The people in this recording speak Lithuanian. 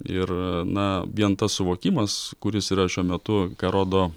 ir na vien tas suvokimas kuris yra šiuo metu ką rodo